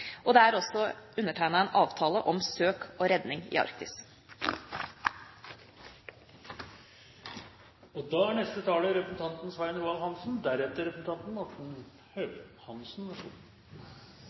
Tromsø. Det er også undertegnet en avtale om søk og redning i Arktis.